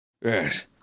Yes